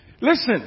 Listen